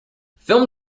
film